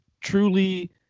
truly